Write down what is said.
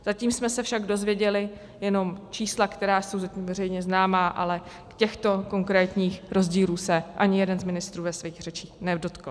Zatím jsme se však dozvěděli jenom čísla, která jsou veřejně známá, ale těchto konkrétních rozdílů se ani jeden z ministrů ve své řeči nedotkl.